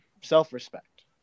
self-respect